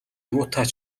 юутай